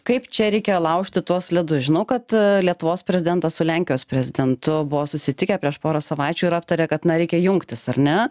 kaip čia reikia laužti tuos ledus žinau kad lietuvos prezidentas su lenkijos prezidentu buvo susitikę prieš porą savaičių ir aptarė kad na reikia jungtis ar ne